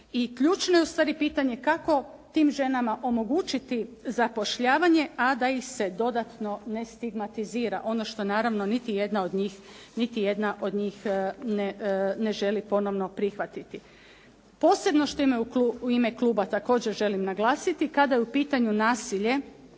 ključno je ustvari pitanje kako tim ženama omogućiti zapošljavanje, a da ih se dodatno ne stigmatizira, ono što naravno niti jedna od njih ne želi ponovno prihvatiti. Posebno što u ime kluba također želim naglasiti, kada je u pitanju nasilje